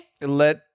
Let